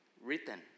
written